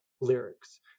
lyrics